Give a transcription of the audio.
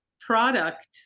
product